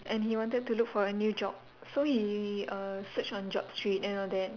and he wanted to look for a new job so he uh search on job street and all that